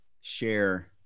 share